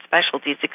specialties